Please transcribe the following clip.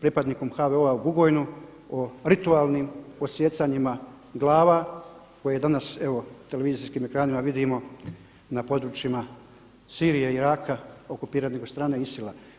pripadnikom HVO-a u Bugojnu, o ritualnim odsjecanjima glava koje danas evo na televizijskim ekranima vidimo na područjima Sirije i Iraka okupiranim od strane ISIL-a.